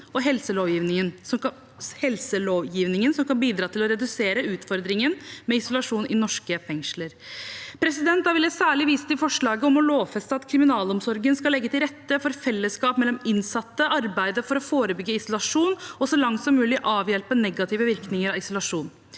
og helselovgivningen som kan bidra til å redusere utfordringen med isolasjon i norske fengsler. Da vil jeg særlig vise til forslaget om å lovfeste at kriminalomsorgen skal legge til rette for fellesskap mellom innsatte, arbeide for å forebygge isolasjon og så langt som mulig avhjelpe negative virkninger av isolasjon.